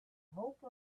hope